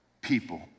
people